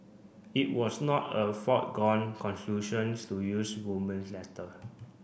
it was not a foregone conclusions to use Roman's letter